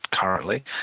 Currently